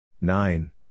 Nine